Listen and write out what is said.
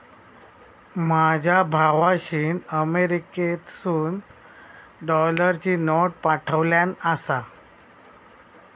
माझ्या भावाशीन अमेरिकेतसून डॉलरची नोट पाठवल्यान आसा